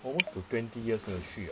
almost to twenty years 没有去了